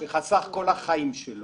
שחסך כל החיים שלו.